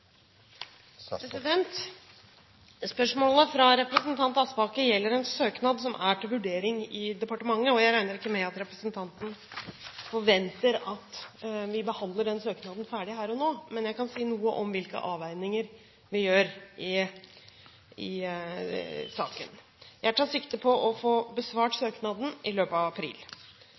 Spørsmålet fra representanten Aspaker gjelder en søknad som er til vurdering i departementet. Jeg regner ikke med at representanten forventer at vi behandler den søknaden ferdig her og nå, men jeg kan si noe om hvilke avveininger vi gjør i saken. Jeg tar sikte på å få besvart søknaden i løpet av april.